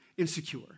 insecure